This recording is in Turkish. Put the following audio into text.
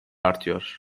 artıyor